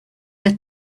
let